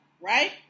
right